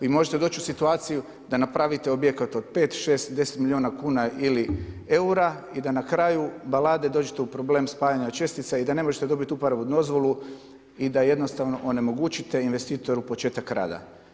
Vi možete doći u situaciju da napravite objekat od pet, šest, deset milijuna kuna ili eura i da na kraju balade dođete u problem spajanja čestica i da ne možete dobiti uporabnu dozvolu i da jednostavno onemogućite investitoru početak rada.